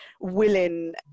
willing